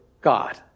God